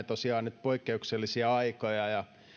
tosiaan elämme nyt poikkeuksellisia aikoja ja